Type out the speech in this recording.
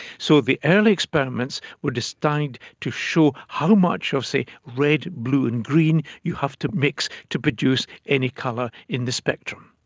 so the early experiments were designed to show how much of, say, red, blue and green you have to mix to produce any colour in the spectrum.